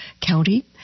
county